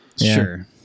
Sure